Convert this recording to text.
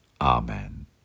Amen